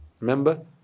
Remember